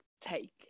take